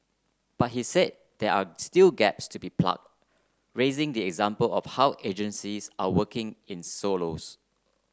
but he said there are still gaps to be plugged raising the example of how agencies are working in silos